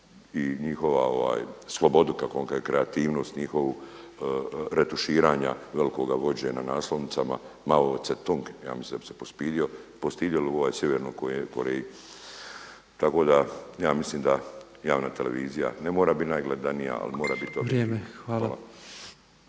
i njihova slobodu kako kreativnost njihovu retuširanja velikoga vođe na naslovnicama, Mao Zedong ja mislim da bi se postidio ili ovaj Sjevernoj Koreji. Tako da ja mislim da javna televizija ne mora biti najgledanija, ali mora biti … /Govornici govore